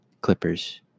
Clippers